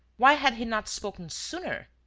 why had he not spoken sooner?